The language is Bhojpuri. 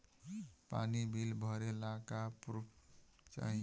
पानी बिल भरे ला का पुर्फ चाई?